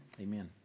Amen